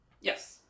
Yes